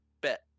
bet